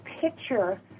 picture